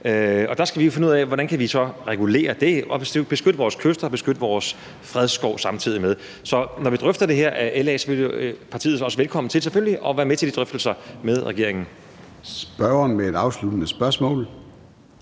Der skal vi jo finde ud af, hvordan vi så kan regulere det og beskytte vores kyster og vores fredskov samtidig. Så når vi drøfter det her, er LA selvfølgelig også velkommen til at være med til de drøftelser med regeringen. Kl. 13:23 Formanden (Søren